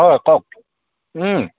হয় কওক